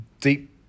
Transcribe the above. deep